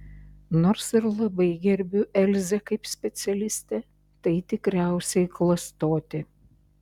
nors ir labai gerbiu elzę kaip specialistę tai tikriausiai klastotė